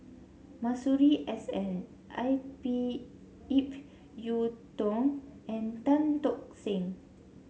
Masuri S N I P Ip Yiu Tung and Tan Tock Seng